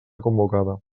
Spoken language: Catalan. convocada